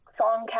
song